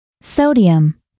Sodium